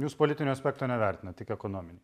jūs politinio aspekto nevertinat tik ekonominį